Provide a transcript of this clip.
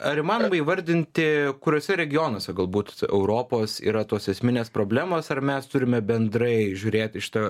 ar įmanoma įvardinti kuriuose regionuose galbūt europos yra tos esminės problemos ar mes turime bendrai žiūrėt į šitą